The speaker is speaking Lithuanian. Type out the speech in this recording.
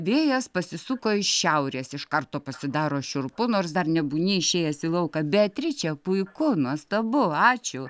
vėjas pasisuko iš šiaurės iš karto pasidaro šiurpu nors dar nebūni išėjęs į lauką beatriče puiku nuostabu ačiū